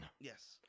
Yes